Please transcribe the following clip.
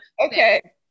Okay